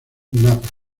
mapas